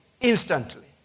instantly